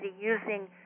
using